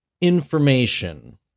information